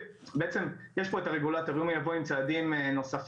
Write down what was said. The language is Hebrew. בעצם יש פה את הרגולטור ואם הוא יבוא עם צעדים נוספים,